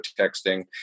texting